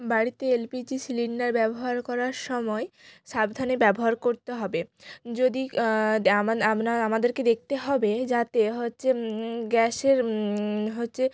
বাড়িতে LPG cylinder ব্যবহার করার সময় সাবধানে ব্যবহার করতে হবে যদি আমাদেরকে দেখতে হবে যাতে হচ্ছে গ্যাসের হচ্ছে